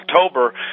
October